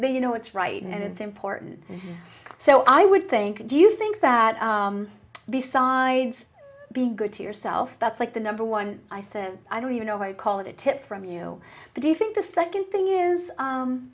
they you know it's right and it's important so i would think do you think that besides being good to yourself that's like the number one i said i don't even know how call it a tip from you but do you think the second thing is